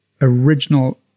original